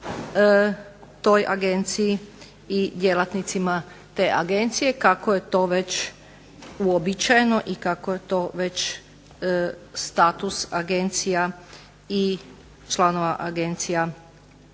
toj agenciji i djelatnicima te agencije kako je to već uobičajeno i kako je to već status agencija i članova agencija